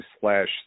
slash